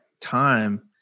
time